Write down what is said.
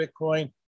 Bitcoin